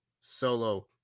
solo